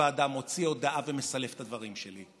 ועדה מוציא הודעה ומסלף את הדברים שלי.